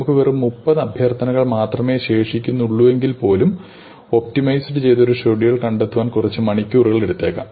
നമുക്ക് വെറും 30 അഭ്യർത്ഥനകൾ മാത്രമേ ശേഷിക്കുന്നുള്ളുവെങ്കിൽപ്പോലും ഒപ്റ്റിമൈസ് ചെയ്ത ഒരു ഷെഡ്യൂൾ കണ്ടെത്താൻ കുറച്ച് മണിക്കൂറുകൾ എടുത്തേക്കാം